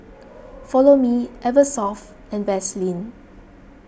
Follow Me Eversoft and Vaseline